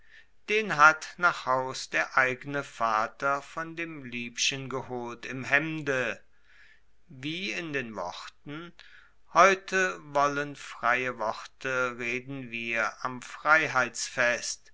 den hat nach haus der eigene vater von dem liebchen geholt im hemde wie in den worten heute wollen freie worte reden wir am freiheitsfest